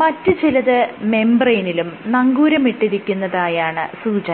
മറ്റ് ചിലത് മെംബ്രേയ്നിലും നങ്കൂരമിട്ടിരിക്കുന്നതായാണ് സൂചന